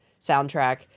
soundtrack